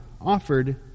offered